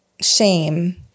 shame